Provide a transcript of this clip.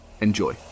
Enjoy